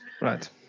Right